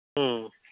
ᱦᱮᱸ